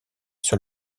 sur